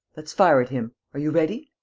let's fire at him. are you ready?